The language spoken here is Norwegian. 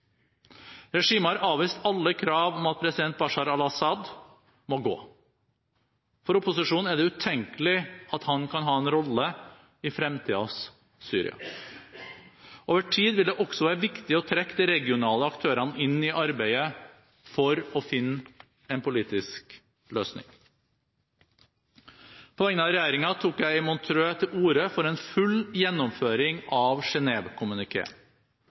Regimet har avvist alle krav om at president Bashar al-Assad må gå. For opposisjonen er det utenkelig at han kan ha en rolle i fremtidens Syria. Over tid vil det også være viktig å trekke de regionale aktørene inn i arbeidet for å finne en politisk løsning. I Montreux tok jeg på vegne av regjeringen til orde for en full gjennomføring av